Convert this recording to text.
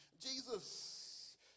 Jesus